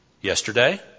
yesterday